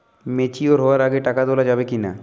Mature হওয়ার আগে টাকা তোলা যাবে কিনা?